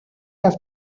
have